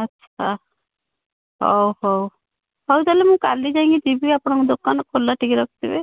ଆଚ୍ଛା ହଉ ହଉ ହଉ ତାହା ହେଲେ ମୁଁ କାଲି ଯାଇକି ଯିବି ଆପଣ ଦୋକାନ ଖୋଲା ଟିକେ ରଖିଥିବେ